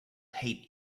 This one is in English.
hate